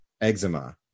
eczema